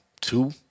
two